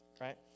right